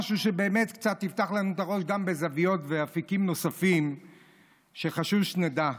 משהו שבאמת קצת יפתח לנו את הראש גם בזוויות ואפיקים נוספים שחשוב שנדע.